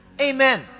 amen